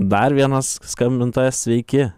dar vienas skambintojas sveiki